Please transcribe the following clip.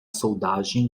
soldagem